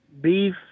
beef